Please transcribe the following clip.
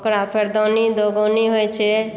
ओकरा फेर दउनी दमौनी होइ छै